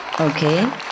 Okay